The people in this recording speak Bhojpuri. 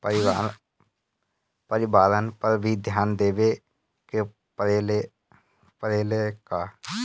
परिवारन पर भी ध्यान देवे के परेला का?